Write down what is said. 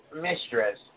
mistress